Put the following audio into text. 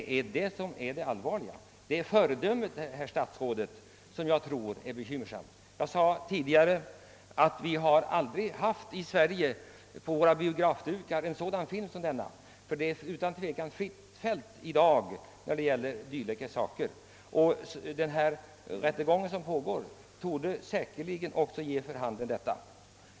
Jag sade förut att det aldrig tidigare i Sverige visats en film som denna på våra biografdukar. I dag är fältet tydligen fritt när det gäller dylika saker. Den rättegång som pågår torde säkerligen också ge detta vid handen.